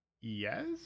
Yes